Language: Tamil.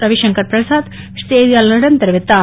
ரவிசங்கர் பிரசாத் பின்னர் செய்தியாளர்களிடம் தெரிவித்தார்